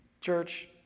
Church